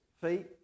feet